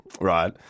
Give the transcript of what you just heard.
right